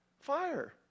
Fire